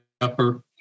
upper